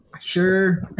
Sure